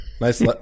Nice